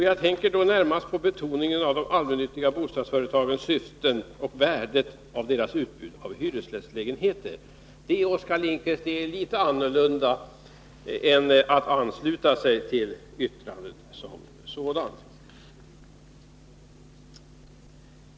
Jag tänker då närmast på betoningen av de allmännyttiga bostadsföretagens syften och värdet av deras utbud av hyresrättslägenheter. Det, Oskar Lindkvist, är inte detsamma som att ansluta sig till yttrandet som sådant.